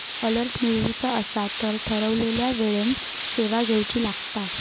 alert मिळवुचा असात तर ठरवलेल्या वेळेन सेवा घेउची लागात